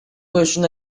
question